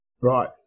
Right